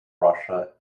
russia